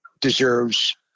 deserves